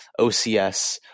OCS